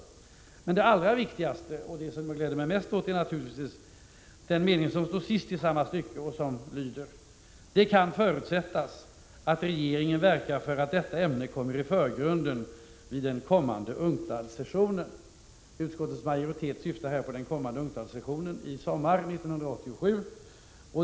Men det allra viktigaste och det som jag gläder mig mest åt är den mening som står sist i samma stycke: ”Det kan förutsättas att regeringen verkar för att detta ämne kommer i förgrunden vid den kommande UNCTAD-sessionen.” Utskottsmajoriteten syftar här på UNCTAD-sessionen sommaren 1987.